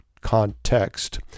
context